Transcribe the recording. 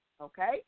okay